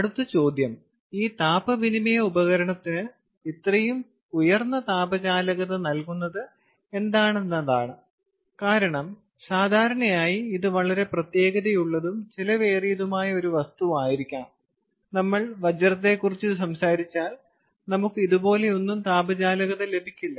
അടുത്ത ചോദ്യം ഈ താപ വിനിമയ ഉപകരണത്തിന് ഇത്രയും ഉയർന്ന താപചാലകത നൽകുന്നത് എന്താണെന്നതാണ് കാരണം സാധാരണയായി ഇത് വളരെ പ്രത്യേകതയുള്ളതും ചെലവേറിയതുമായ ഒരു വസ്തുവായിരിക്കണം നമ്മൾ വജ്രത്തെക്കുറിച്ച് സംസാരിച്ചാലും നമുക്ക് ഇതുപോലെയൊന്നും താപചാലകത ലഭിക്കില്ല